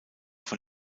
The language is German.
von